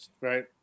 right